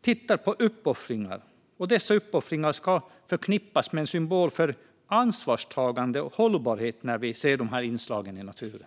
tittar på uppoffringar. Dessa uppoffringar ska förknippas med en symbol för ansvarstagande och hållbarhet när vi ser dessa inslag i naturen.